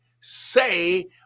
say